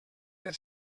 per